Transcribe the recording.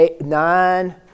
nine